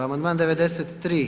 Amandman 93.